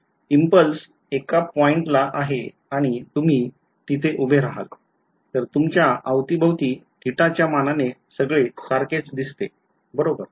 impulse एका पॉइंटला आहे आणि तुम्ही तिथे उभे राहाल तर तुमच्या अवती भवती थिटाच्या मानाने सगळे सारखेच दिसते बरोबर